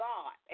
God